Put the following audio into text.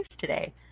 today